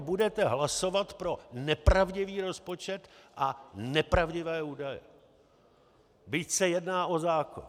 A vy vědomě budete hlasovat pro nepravdivý rozpočet a nepravdivé údaje, byť se jedná o zákon.